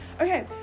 Okay